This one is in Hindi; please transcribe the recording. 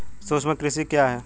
सूक्ष्म कृषि क्या है?